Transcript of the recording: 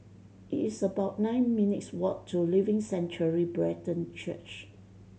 it's about nine minutes' walk to Living Sanctuary Brethren Church